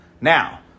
Now